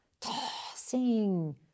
tossing